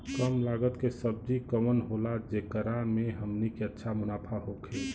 कम लागत के सब्जी कवन होला जेकरा में हमनी के अच्छा मुनाफा होखे?